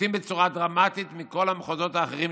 פחותים בצורה דרמטית מכל המחוזות האחרים,